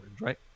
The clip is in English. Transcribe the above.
right